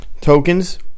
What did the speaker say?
tokens